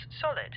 solid